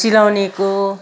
चिलाउनेको